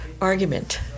argument